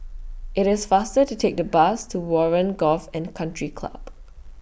IT IS faster to Take The Bus to Warren Golf and Country Club